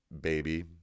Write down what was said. baby